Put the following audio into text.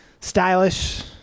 stylish